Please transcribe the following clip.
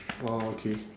oh okay